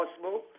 possible